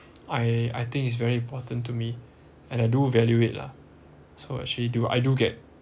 I I think it's very important to me and I do evaluate it lah so actually do I do get